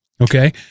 okay